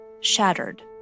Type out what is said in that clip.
shattered